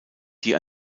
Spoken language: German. die